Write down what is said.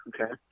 okay